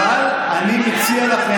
אמר את אותו דבר, אבל אני מציע לכם,